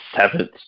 seventh